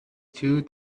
two